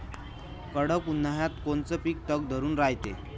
कडक उन्हाळ्यात कोनचं पिकं तग धरून रायते?